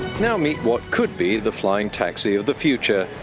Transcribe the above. now meet what could be the flying taxi of the future.